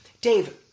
Dave